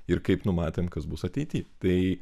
ir kaip numatėm kas bus ateity tai